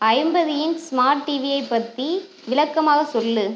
ஐம்பது inch smart டிவியை பற்றி விளக்கமாக சொல்